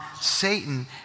Satan